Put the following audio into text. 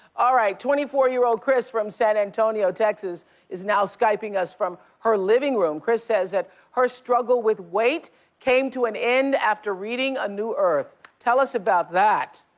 all right, twenty four year old krys from san antonio, texas is now skyping us from her living room. krys says that her struggle with weight came to an end after reading a new earth tell us about that.